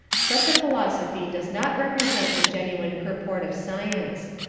such a philosophy does not represent the genuine purport of science.